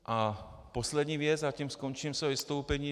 A poslední věc a tím skončím své vystoupení.